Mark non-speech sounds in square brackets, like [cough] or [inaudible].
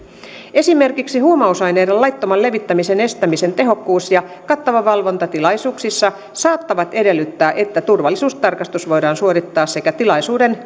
esimerkiksi huumausaineiden laittoman levittämisen estämisen tehokkuus ja kattava valvonta tilaisuuksissa saattavat edellyttää että turvallisuustarkastus voidaan suorittaa sekä tilaisuuden [unintelligible]